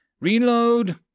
Reload